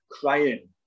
crying